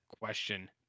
question